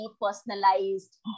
personalized